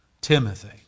Timothy